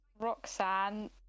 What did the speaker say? Roxanne